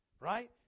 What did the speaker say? Right